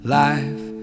life